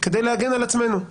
כדי להגן על עצמנו,